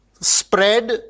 spread